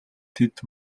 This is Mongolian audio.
тэд